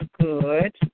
good